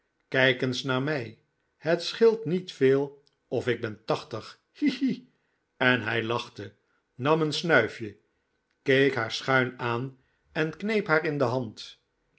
kijk eens naar rnij het scheelt niet veel of ik ben tachtig hi hi en hij lachte nam een snuifje keek haar schuin aan en kneep haar in de hand